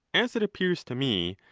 as it appears to me,